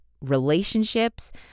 relationships